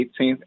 18th